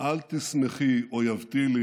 "אל תשמחי אֹיַבְתי לי